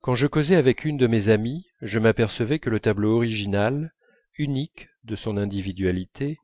quand je causais avec une de mes amies je m'apercevais que le tableau original unique de son individualité